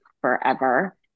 forever